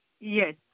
Yes